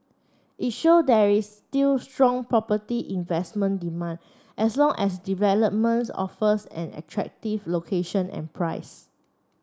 it show there is still strong property investment demand as long as a developments offers an attractive location and price